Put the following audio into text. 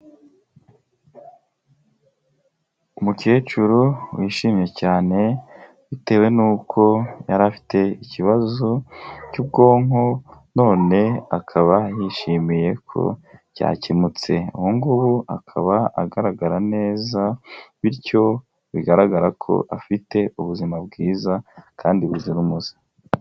Umukecuru wishimye cyane bitewe nuko yari afite ikibazo cy'ubwonko none akaba yishimiye ko cyakemutse, ubu ngubu akaba agaragara neza bityo bigaragara ko afite ubuzima bwiza kandi buzira umuze.